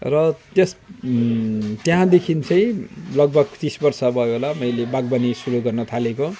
र त्यस त्यहाँदेखि चाहिँ लगभग तिस बर्ष भयो होला मैले बागवानी सुरु गर्न थालेको